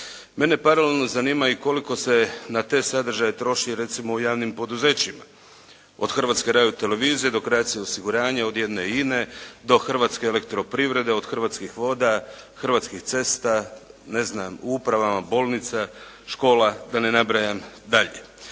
Mene paralelno zanima i koliko se na te sadržaje troši recimo u javnim poduzećima od Hrvatske radiotelevizije do Croatia osiguranja, od jedne INA-e do Hrvatske elektroprivrede, od Hrvatskih voda, Hrvatskih cesta, u upravama bolnica, škola, da ne nabrajam dalje.